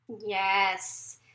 Yes